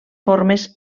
formes